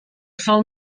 sol